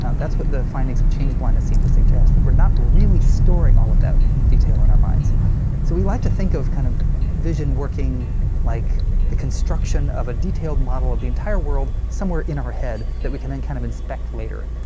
ah that's what the findings of change blindness seem to suggest, that we're not really storing all of that detail in our minds. so we like to think of kind of vision working like the construction of a detailed model of the entire world somewhere in our head that we can then kind of inspect later,